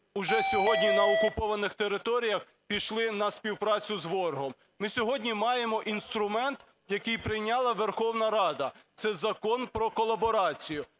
вже сьогодні на окупованих територіях пішли на співпрацю з ворогом? Ми сьогодні маємо інструмент, який прийняла Верховна Рада, це Закон про колаборацію.